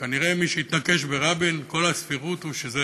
שכנראה מי שהתנקש ברבין, כל הסבירות היא שזה